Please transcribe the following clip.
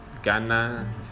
ghana